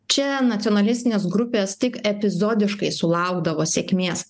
čia nacionalistinės grupės tik epizodiškai sulaukdavo sėkmės